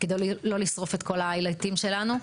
כדי לא לשרוף את כל ה"היילייטים" שלנו,